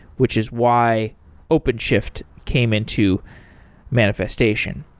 which is why openshift came into manifestation.